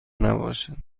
نباشد